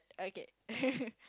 okay